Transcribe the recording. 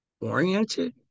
oriented